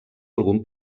algun